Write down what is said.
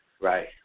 right